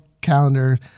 calendar